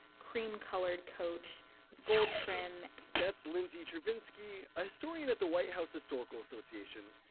cream-colored coach with gold trim that's lindsay chervinsky, a historian at the white house historical association.